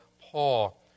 Paul